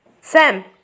Sam